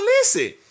listen